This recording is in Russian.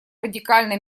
радикально